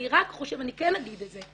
אני רק חושבת, ואני כן אגיד את זה,